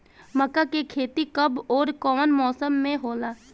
मका के खेती कब ओर कवना मौसम में होला?